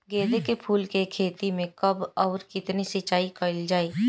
गेदे के फूल के खेती मे कब अउर कितनी सिचाई कइल जाला?